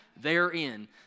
therein